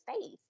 faith